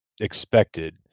expected